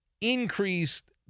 increased